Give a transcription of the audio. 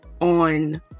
on